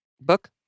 Book